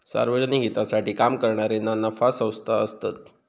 सार्वजनिक हितासाठी काम करणारे ना नफा संस्था असतत